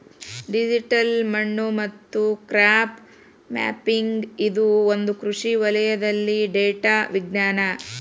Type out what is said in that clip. digital ಮಣ್ಣು ಮತ್ತು crop mapping ಇದು ಒಂದು ಕೃಷಿ ವಲಯದಲ್ಲಿ ಡೇಟಾ ವಿಜ್ಞಾನ